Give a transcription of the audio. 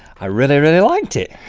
i really really liked it!